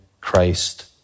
Christ